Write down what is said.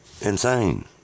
insane